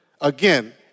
Again